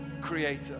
Creator